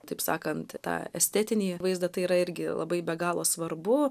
taip sakant tą estetinį vaizdą tai yra irgi labai be galo svarbu